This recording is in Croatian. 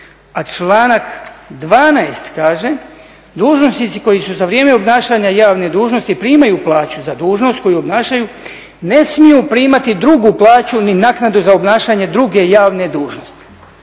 a članak 12. kaže: "Dužnosnici koji za vrijeme obnašanja javne dužnosti primaju plaću za dužnost koju obnašaju ne smiju primati drugu plaću ni naknadu za obnašanje druge javne dužnosti."